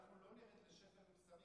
אנחנו לא נרד לשפל מוסרי כמו שתיארת.